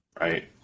right